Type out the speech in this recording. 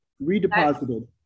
redeposited